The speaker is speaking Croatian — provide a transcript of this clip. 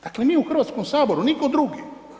Dakle mi u Hrvatskom saboru, nitko drugi.